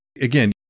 Again